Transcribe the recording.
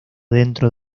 dentro